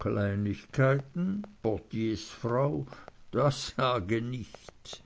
kleinigkeiten portiersfrau das sage nicht